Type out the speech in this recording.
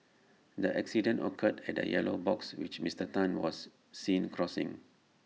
the accident occurred at A yellow box which Mister Tan was seen crossing